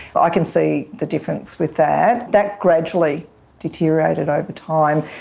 i can see the difference with that. that gradually deteriorated over time.